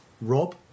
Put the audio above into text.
rob